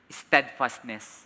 steadfastness